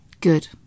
Good